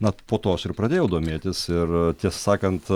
na po to aš ir pradėjau domėtis ir tiesą sakant